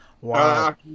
Wow